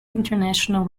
international